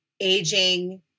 aging